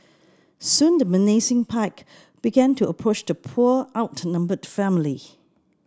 soon the menacing pack began to approach the poor outnumbered family